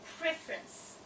preference